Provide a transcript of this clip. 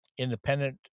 independent